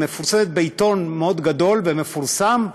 מפורסמת בעיתון מאוד גדול ומפורסם,